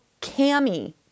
Cammy